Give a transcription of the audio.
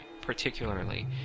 particularly